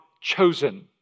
chosen